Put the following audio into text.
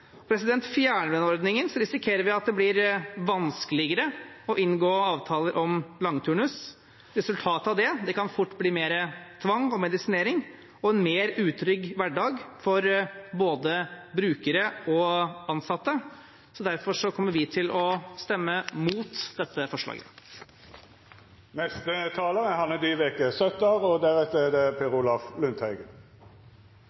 Fjerner man ordningen, risikerer vi at det blir vanskeligere å inngå avtaler om langturnus. Resultatet av det kan fort bli mer tvang og medisinering og en mer utrygg hverdag for både brukere og ansatte. Derfor kommer vi til å stemme mot dette forslaget. Representanten fra Rødt ønsker å oppheve medleverforskriften «for å sikre bedre arbeidsforhold i barnevernet og